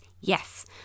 Yes